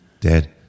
Dad